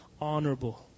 honorable